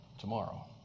tomorrow